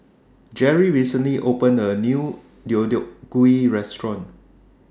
Jerrie recently opened A New Deodeok Gui Restaurant